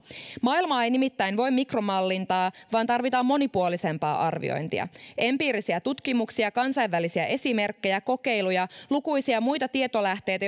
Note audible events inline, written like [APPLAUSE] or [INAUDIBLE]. maailmaa ei nimittäin voi mikromallintaa vaan tarvitaan monipuolisempaa arviointia empiirisiä tutkimuksia kansainvälisiä esimerkkejä kokeiluja ja lukuisia muita tietolähteitä [UNINTELLIGIBLE]